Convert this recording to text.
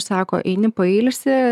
sako eini pailsi